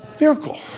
miracle